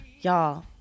Y'all